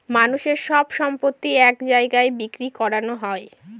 মানুষের সব সম্পত্তি এক জায়গায় বিক্রি করানো হবে